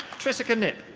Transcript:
trisica nip.